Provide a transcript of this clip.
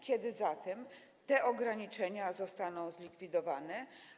Kiedy zatem te ograniczenia zostaną zlikwidowane?